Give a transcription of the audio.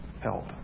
Help